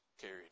carried